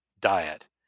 diet